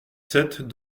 sept